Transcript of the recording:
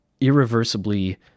irreversibly